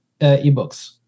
Ebooks